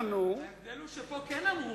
ההבדל הוא שפה כן אמרו.